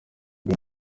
ben